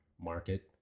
market